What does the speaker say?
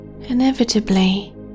inevitably